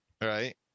right